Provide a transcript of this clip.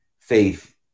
faith